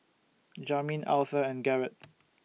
Jamin Authur and Garett